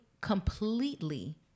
completely